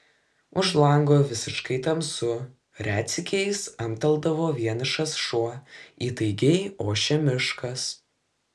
už lango visiškai tamsu retsykiais amteldavo vienišas šuo įtaigiai ošė miškas